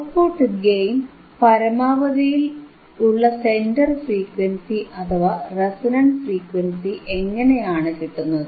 output gain പരമാവധിയിൽ ഉള്ള centre frequency അഥവാ റെസണന്റ് ഫ്രീക്വൻസി എങ്ങനെയാണ് കിട്ടുന്നത്